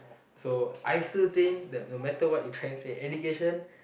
so I still think that no matter what you trying to say education